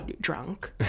drunk